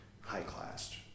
high-classed